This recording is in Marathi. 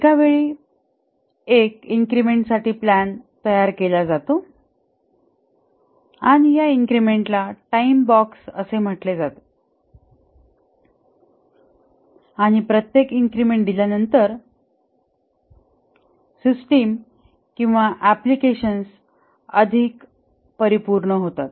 एका वेळी एका इन्क्रिमेंटसाठी प्लॅन तयार केला जातो आणि या इन्क्रिमेंटला टाइम बॉक्स म्हटले जाते आणि प्रत्येक इन्क्रिमेंट दिल्यानंतर सिस्टम किंवा अँप्लिकेशनस अधिक परिपूर्ण होते